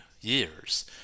years